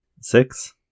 six